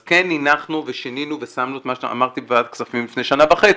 אז כן הנחנו ושינינו ושמנו את מה שאמרתי בוועדת הכספים לפני שנה וחצי.